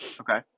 Okay